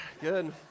good